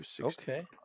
Okay